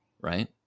right